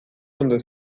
donde